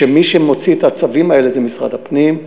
כשמי שמוציא את הצווים האלה זה משרד הפנים,